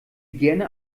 gerne